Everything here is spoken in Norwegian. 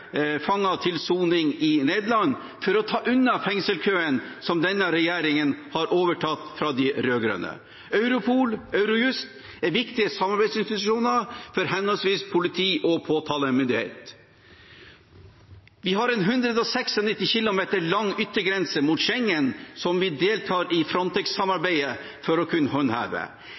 til soning der, dette for å ta unna fengselskøen som denne regjeringen overtok fra de rød-grønne. Europol og Eurojust er viktige samarbeidsinstitusjoner for henholdsvis politi- og påtalemyndighet. Vi har en 196 km lang yttergrense mot Schengen som vi deltar i Frontex-samarbeidet for å kunne håndheve.